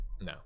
No